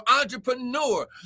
entrepreneur